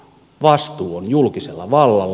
vastuu on julkisella vallalla